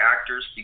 actors